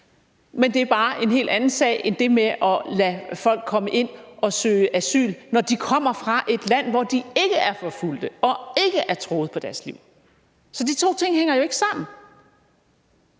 men det er bare en helt anden sag end det med at lade folk komme ind og søge asyl, når de kommer fra et land, hvor de ikke er forfulgt og ikke er truet på deres liv. Så de to ting hænger jo ikke sammen.